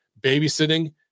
babysitting